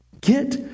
Get